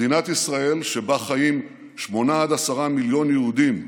מדינת ישראל, שבה חיים 8 עד 10 מיליון יהודים,